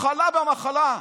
חלה במחלה,